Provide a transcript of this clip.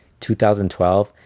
2012